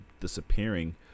disappearing